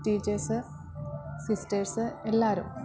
teachers sisters എല്ലാവരും